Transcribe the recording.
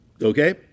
Okay